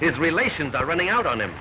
its relations are running out on him